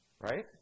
Right